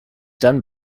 done